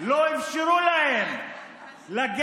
אני פונה לכנסת,